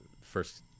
first